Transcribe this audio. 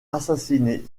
assassiné